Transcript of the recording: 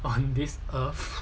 !wow! on this earth